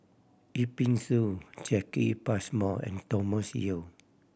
Yip Pin Xiu Jacki Passmore and Thomas Yeo